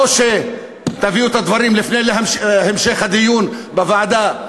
או שתביאו את הדברים לפני המשך הדיון בוועדה,